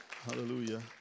Hallelujah